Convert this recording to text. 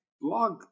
blog